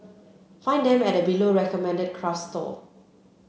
find them at the below recommended craft store